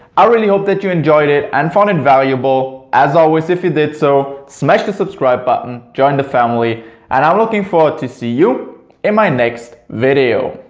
i really hope that you enjoyed it and found it and valuable, as always if you did so smash the subscribe button, join the family and i'm looking forward to see you in my next video!